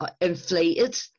inflated